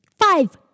five